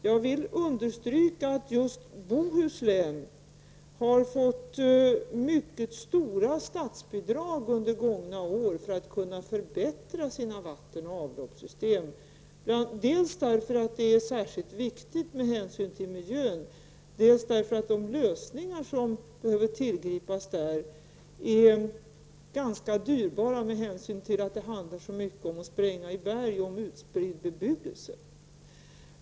Jag vill understryka att just Bohuslän har fått mycket stora statsbidrag under gångna år för att kunna förbättra sina vattenoch avloppssystem, dels därför att det är särskilt viktigt med hänsyn till miljön, dels därför att de lösningar som behöver tillgripas där är ganska dyrbara, med hänsyn till att det handlar så mycket om att spränga i berg och om utspridd bebyggelse.